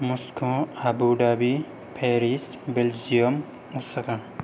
मसक' Abu Dhabi Paris Belgium